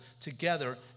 together